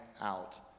out